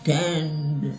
Stand